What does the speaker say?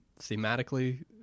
thematically